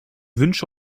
wünsche